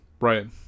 right